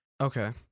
Okay